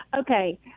Okay